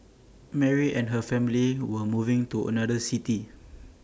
Mary and her family were moving to another city